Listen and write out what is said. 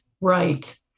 right